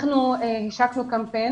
אנחנו השקנו קמפיין